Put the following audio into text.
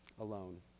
alone